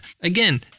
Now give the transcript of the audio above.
Again